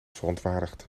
verontwaardigd